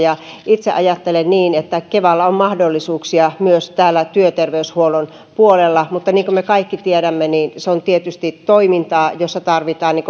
itse ajattelen niin että kevalla on mahdollisuuksia myös täällä työterveyshuollon puolella mutta niin kuin me kaikki tiedämme se on tietysti toimintaa jossa tarvitaan